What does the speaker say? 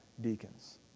deacons